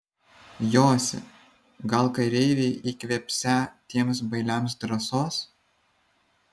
josi gal kareiviai įkvėpsią tiems bailiams drąsos